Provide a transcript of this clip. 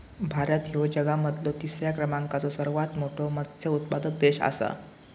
भारत ह्यो जगा मधलो तिसरा क्रमांकाचो सर्वात मोठा मत्स्य उत्पादक देश आसा